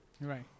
Right